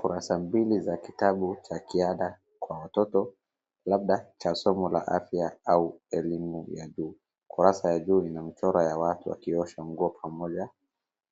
Kurasa mbili za kitabu cha kiada kwa watoto labda cha somo la afya au elimu ya juu kurasa ya juu lina mchoro ya watu wakiosha nguo pamoja